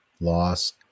loss